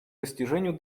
достижению